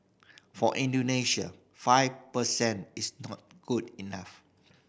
for Indonesia five per cent is not good enough